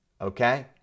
Okay